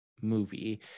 movie